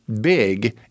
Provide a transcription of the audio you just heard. big